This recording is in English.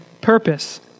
purpose